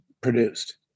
produced